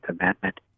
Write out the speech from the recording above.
Amendment